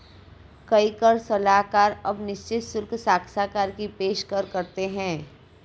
कई कर सलाहकार अब निश्चित शुल्क साक्षात्कार की पेशकश करते हैं